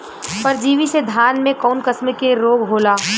परजीवी से धान में कऊन कसम के रोग होला?